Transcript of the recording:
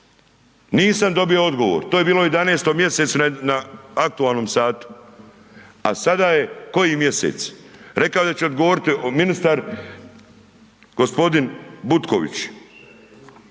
Nisam dobio odgovor. To je bilo u 11. mjesecu na aktualnom satu, a sada je koji mjesec, rekao je da će odgovoriti ministar gospodin Butković,